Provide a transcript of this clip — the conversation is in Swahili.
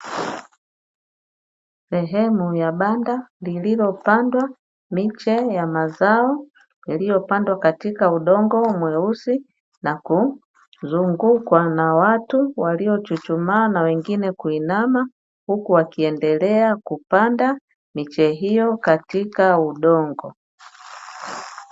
Sehemu ya banda, lililopandwa miche ya mazao yaliyopandwa katika udongo mweusi, na kuzungukwa na watu waliochuchumaa na wengine kuinama, huku wakiendelea kupanda miche hiyo katika udongo.